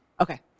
Okay